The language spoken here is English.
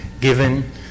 given